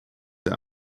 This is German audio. der